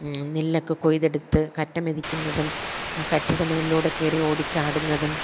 നെല്ലൊക്കെ കൊയ്തെടുത്ത് കറ്റമെതിക്കുന്നതും ആ കറ്റയുടെ മുകളിലൂടെ കയറി ഓടി ചാടുന്നതും